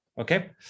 okay